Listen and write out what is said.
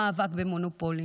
ואיפה המאבק במונופולים?